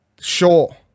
Sure